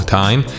time